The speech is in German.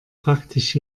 praktisch